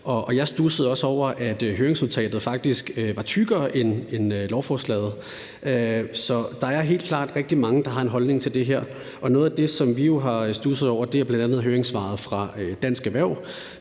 Jeg studsede også over, at høringsnotatet faktisk var tykkere end lovforslaget. Så der er helt klart rigtig mange, der har en holdning til det her, og noget af det, som vi jo har studset over, er bl.a. høringssvaret fra Dansk Erhverv,